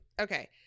Okay